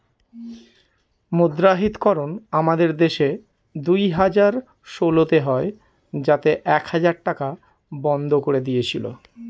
মুদ্রাহিতকরণ আমাদের দেশে দুই হাজার ষোলোতে হয় যাতে এক হাজার টাকা বন্ধ করে দিয়েছিল